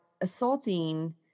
assaulting